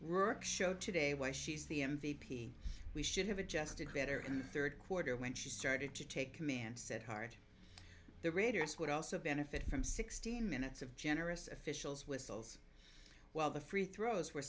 rurik showed today why she's the m v p we should have adjusted better in the third quarter when she started to take command said hart the raiders would also benefit from sixteen minutes of generous officials whistles while the free throws were